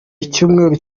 icyumweru